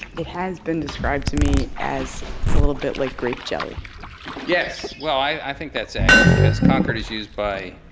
it has been described to me as a little bit like grape jelly yes. well, i think that's accurate cause concord is used by